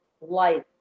life